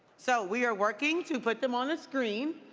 so we are working to put them on the screen.